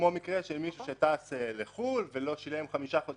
כמו מקרה של מישהו שטס לחוץ-לארץ ולא שילם חמישה חודשים,